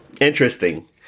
Interesting